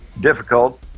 difficult